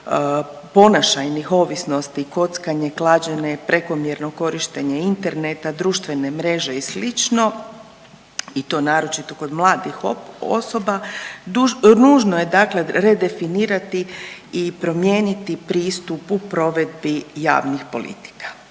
ponašajnih ovisnosti kockanje, klađenje, prekomjerno korištenje interneta, društvene mreže i slično i to naročito kod mladih osoba nužno je dakle redefinirati i promijeniti pristup u provedbi javnih politika.